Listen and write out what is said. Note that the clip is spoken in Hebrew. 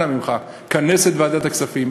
אנא ממך, כנס את ועדת הכספים.